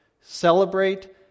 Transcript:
celebrate